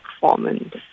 performance